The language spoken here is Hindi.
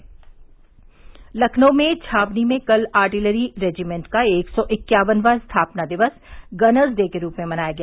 तखनऊ में छावनी में कल आर्टिलरी रेजिमेंट का एक सौ इक्यावनवां स्थापना दिक्स गनर्स डे के रूप में मनाया गया